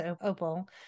opal